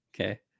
okay